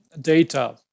data